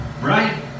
Right